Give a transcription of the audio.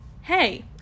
hey